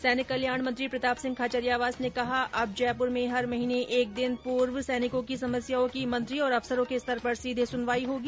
सैनिक कल्याण मंत्री प्रताप सिंह खाचरियावास ने कहा अब जयप्र में हर महीने में एक दिन पूर्व सैनिकों की समस्याओं की मंत्री और अफसरों के स्तर पर सीधे सुनवाई होगी